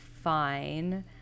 fine